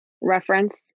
reference